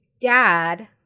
dad